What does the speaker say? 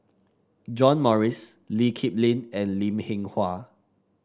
John Morrice Lee Kip Lin and Lim Hwee Hua